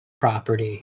property